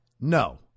No